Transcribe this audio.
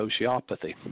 sociopathy